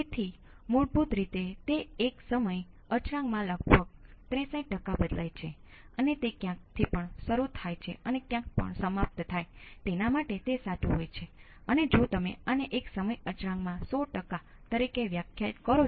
તેથી ફક્ત આપણી પાસે તે ઈન્પુટ નો પીસ વાઈજ કોંસ્ટંટ સ્વભાવ છે જે તમે આ કરી શકો છો